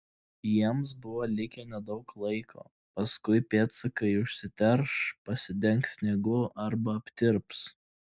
jiems buvo likę nedaug laiko paskui pėdsakai užsiterš pasidengs sniegu arba aptirps